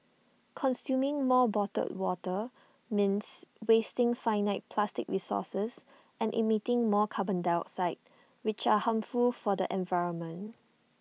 consuming more bottled water means wasting finite plastic resources and emitting more carbon dioxide which are harmful for the environment